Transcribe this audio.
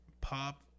pop